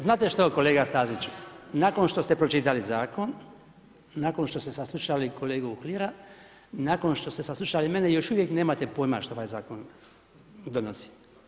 Znate što kolega Stazić, nakon što ste pročitali zakon, nakon što ste saslušali kolegu Uhlira, nakon što ste saslušali mene, još uvijek nemate pojma što ovaj zakon donosi.